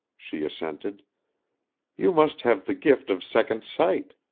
she assented you must have the gift of second sight.